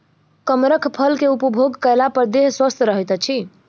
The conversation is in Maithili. कमरख फल के उपभोग कएला पर देह स्वस्थ रहैत अछि